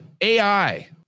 AI